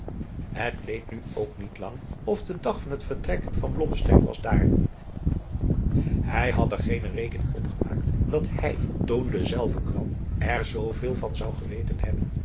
het leed nu ook niet lang of de dag van het vertrek van blommesteyn was daar hij had er geene rekening op gemaakt dat hij toen dezelve kwam er zoo veel van zou geweten hebben